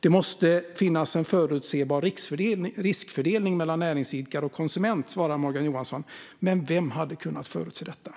Det måste finnas en förutsebar riskfördelning mellan näringsidkare och konsument, svarar Morgan Johansson. Men vem hade kunnat förutse detta?